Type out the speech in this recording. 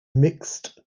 mixed